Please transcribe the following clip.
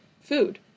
food